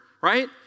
right